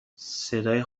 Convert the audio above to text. صدای